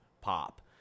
pop